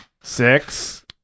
Six